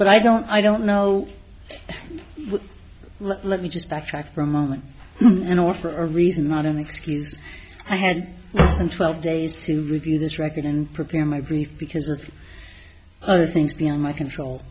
but i don't i don't know let me just backtrack from moment and offer a reason not an excuse i had twelve days to review this record and prepare my brief because of other things beyond my control